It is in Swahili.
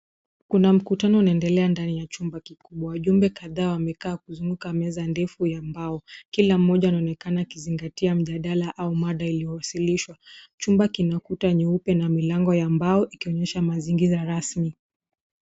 Kuna mkutano unaendelea ndani ya chumba kikubwa. Wajumbe kadhaa wamekaa kuzunguka meza ndefu ya mbao. Kila mmoja anaonekana akizingatia mjadala au mada iliyowasilishwa. Chumba kina kuta nyeupe na milango ya mbao, ikionyesha mazingira rasmi.